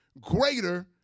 greater